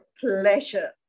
pleasure